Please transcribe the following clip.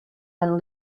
and